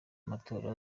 amatora